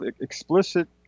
explicit